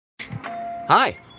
Hi